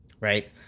right